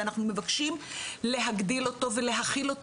ואנחנו מבקשים להגדיל אותו ולהכיל אותו